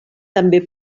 també